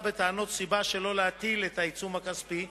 בטענות סיבה שלא להטיל את העיצום הכספי,